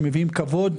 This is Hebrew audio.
שמביאים כבוד,